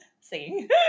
singing